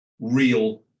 real